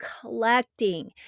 collecting